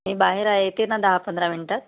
मी बाहेर आहे येते ना दहापंधरा मिनिटांत